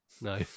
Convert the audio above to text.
No